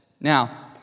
Now